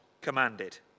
commanded